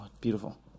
beautiful